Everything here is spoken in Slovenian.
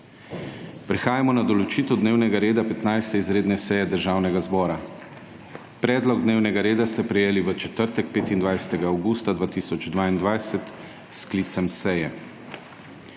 Prehajamo na določitev dnevnega reda 15. izredne seje Državnega zbora. Predlog dnevnega reda ste prejeli v četrtek, 25. avgusta 2022, s sklicem seje.